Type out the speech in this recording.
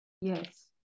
Yes